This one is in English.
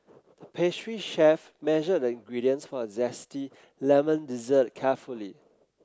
pastry chef measured the ingredients for a zesty lemon dessert carefully